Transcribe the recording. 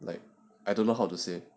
like I don't know how to say